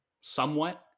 somewhat